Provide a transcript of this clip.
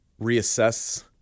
reassess